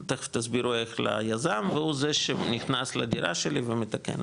תיכף תסבירו איך ליזם והוא זה שנכנס לדירה שלי ומתקן,